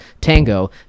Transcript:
Tango